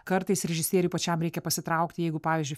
kartais režisieriui pačiam reikia pasitraukti jeigu pavyzdžiui